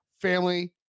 family